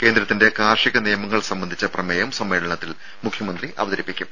കേന്ദ്രത്തിന്റെ കാർഷിക നിയമങ്ങൾ സംബന്ധിച്ച പ്രമേയം സമ്മേളനത്തിൽ മുഖ്യമന്ത്രി അവതരിപ്പിക്കും